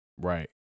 Right